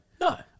No